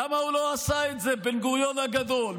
למה הוא לא עשה את זה, בן-גוריון הגדול?